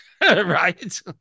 Right